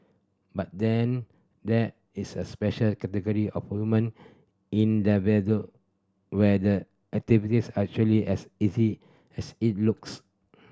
but then there is a special category of human endeavour where the activities are actually as easy as it looks